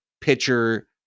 pitcher